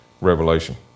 revelation